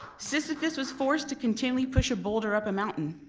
sisyphus was forced to continually push a boulder up a mountain.